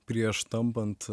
prieš tampant